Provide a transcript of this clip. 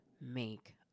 make